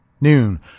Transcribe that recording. Noon